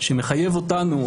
שמחייב אתכם,